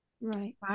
Right